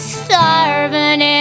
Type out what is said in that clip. starving